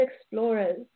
explorers